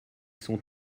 sont